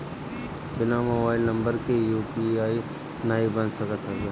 बिना mobile number के UPI नाइ बन सकत हवे